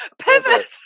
pivot